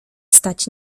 stać